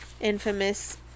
infamous